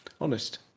Honest